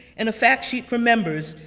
and a factsheet for members,